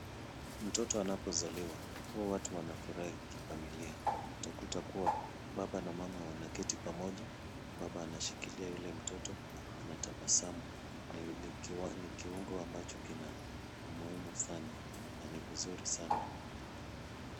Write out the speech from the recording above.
Mtoto anapozaliwa huwa watu wanafurahi kifamilia utakuta kuwa baba na mama wanaketi pamoja, baba anashikilia yule mtoto anatabasamu ni kiungo ambacho kina umuhimu sana na ni vizuri sana.